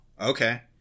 Okay